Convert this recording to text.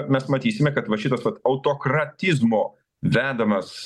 mes matysime kad va šitas vat autokratizmo vedamas